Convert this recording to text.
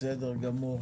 בסדר גמור.